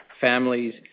families